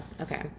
Okay